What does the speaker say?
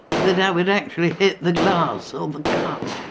that i would actually hit the glass or the cup.